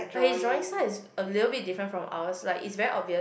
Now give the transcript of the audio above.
but his drawing style is a little bit different from ours like it's very obvious